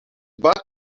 back